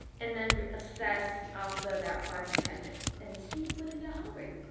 and then assess after about five to ten minutes and see whether you're hungry.